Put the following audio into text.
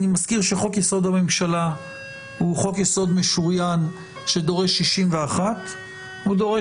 אני מזכיר שחוק-יסוד: הממשלה הוא חוק יסוד משוריין שדורש 61. הוא דורש